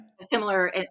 similar